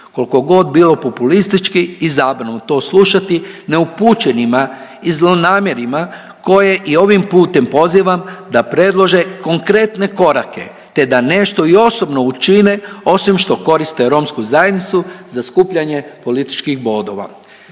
koliko god bilo populistički i zabavno to slušati neupućenima i zlonamjernima koje i ovim putem pozivam da predlože konkretne korake te da nešto i osobno učine, osim što koriste romsku zajednicu za skupljanje političkih bodova.